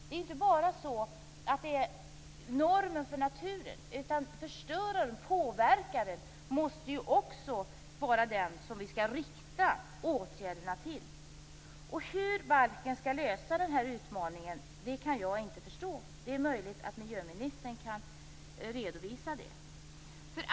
Det är inte bara så att det är normer för naturen, utan påverkaren måste också vara den som vi skall rikta åtgärderna till. Hur man i balken löst den här utmaningen kan jag inte förstå. Det är möjligt att miljöministern kan redovisa det.